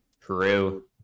True